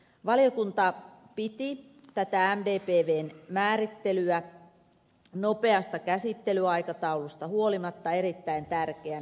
valiokunta piti tätä mdpvn määrittelyä nopeasta käsittelyaikataulusta huolimatta erittäin tärkeänä